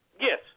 Yes